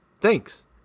Thanks